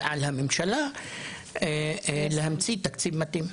ועל הממשלה להמציא תקציב מתאים.